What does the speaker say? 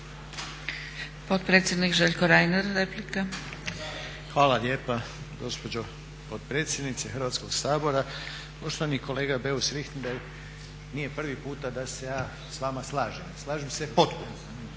Potpredsjednik Željko Reiner replika. **Reiner, Željko (HDZ)** Hvala lijepa gospođo potpredsjednice Hrvatskog sabora. Poštovani kolega Beus Richembergh nije prvi puta da se ja s vama slažem i slažem se potpuno